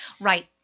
right